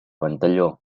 ventalló